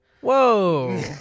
Whoa